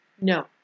No